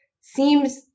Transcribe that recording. seems